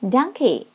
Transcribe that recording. Donkey，